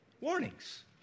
Warnings